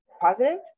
positive